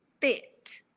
fit